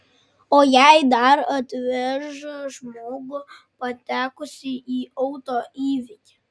o jei dar atveža žmogų patekusį į auto įvykį